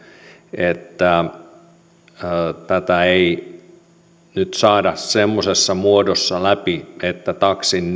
että tätä ei nyt saada semmoisessa muodossa läpi että taksin